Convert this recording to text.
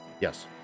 Yes